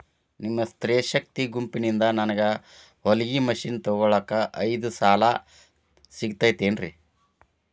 ನಿಮ್ಮ ಸ್ತ್ರೇ ಶಕ್ತಿ ಗುಂಪಿನಿಂದ ನನಗ ಹೊಲಗಿ ಮಷೇನ್ ತೊಗೋಳಾಕ್ ಐದು ಸಾಲ ಸಿಗತೈತೇನ್ರಿ?